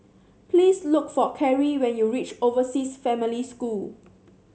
please look for Carrie when you reach Overseas Family School